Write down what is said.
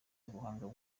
umuhanga